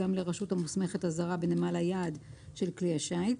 גם לרשות המוסמכת הזרה בנמל היעד של כלי השיט,